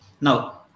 Now